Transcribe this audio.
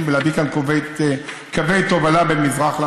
ולהביא לכאן קווי תובלה בין מזרח למערב.